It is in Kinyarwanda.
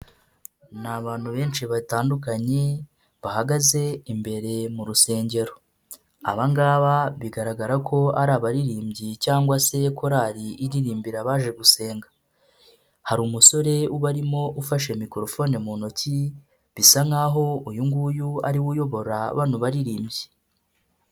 Ni abantu benshi batandukanye bahagaze imbere mu rusengero. Aba ngaba bigaragara ko ari abaririmbyi cyangwa se korari iririmbira abaje gusenga. Hari umusore ubarimo ufashe mikorofone mu ntoki bisa nk'aho uyu nguyu ariwe uyobora bano baririmbyi.